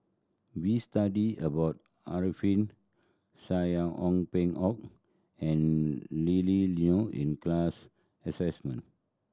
we studied about Alfian Sa'at Ong Peng Hock and Lily Neo in class